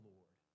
Lord